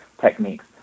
techniques